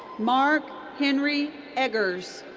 mark henry eggers.